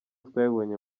twabibonye